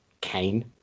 Cain